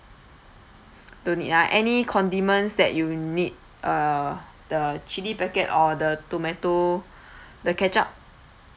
don't need ah any condiments that you need uh the chilli packet or the tomato the ketchup